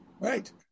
Right